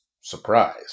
surprise